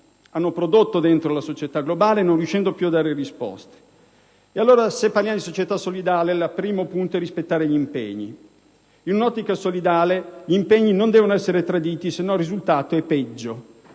hanno prodotto nella società globale non riuscendo più a dare risposte? Allora, se parliamo di società solidale, il primo punto è rispettare gli impegni. In un'ottica solidale, gli impegni non devono essere traditi, altrimenti il risultato è peggiore